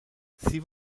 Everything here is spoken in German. sie